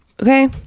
Okay